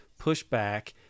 pushback